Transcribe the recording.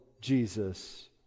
Jesus